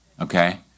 Okay